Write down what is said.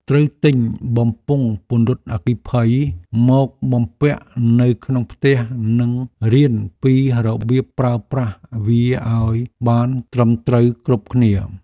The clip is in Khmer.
ត្រូវទិញបំពង់ពន្លត់អគ្គិភ័យមកបំពាក់នៅក្នុងផ្ទះនិងរៀនពីរបៀបប្រើប្រាស់វាឱ្យបានត្រឹមត្រូវគ្រប់គ្នា។